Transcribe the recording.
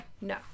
No